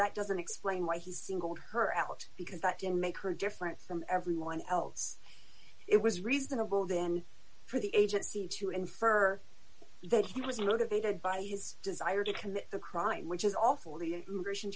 that doesn't explain why he singled her out because that didn't make her different from everyone else it was reasonable then for the agency to infer that he was motivated by his desire to commit the crime which is all for the an immigration